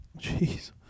Jeez